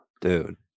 Dude